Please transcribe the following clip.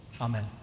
Amen